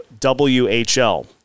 WHL